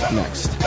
next